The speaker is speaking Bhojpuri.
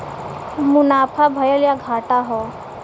मुनाफा भयल या घाटा हौ